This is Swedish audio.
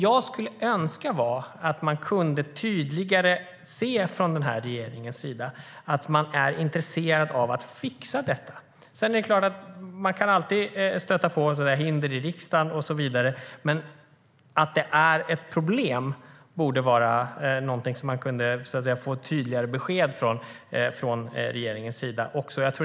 Jag skulle önska att regeringen tydligare visar att den är intresserad av att fixa problemet. Det går alltid att stöta på hinder i riksdagen, men det borde vara möjligt att få ett tydligare besked om problemet från regeringens sida.